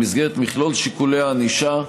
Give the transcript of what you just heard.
במסגרת מכלול שיקולי הענישה,